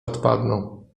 odpadną